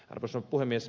arvoisa puhemies